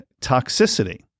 toxicity